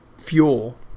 fuel